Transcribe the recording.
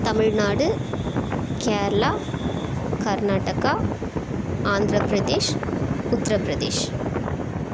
Tamil Nadu Kerala Karnataka Andhra Pradesh Uttar Pradesh